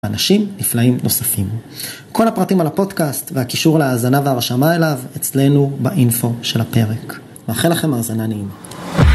אנשים נפלאים נוספים. כל הפרטים על הפודקאסט והקישור להאזנה והרשמה אליו אצלנו באינפו של הפרק. מאחל לכם האזנה נעימה.